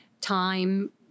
time